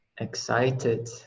excited